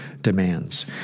demands